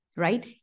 Right